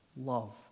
love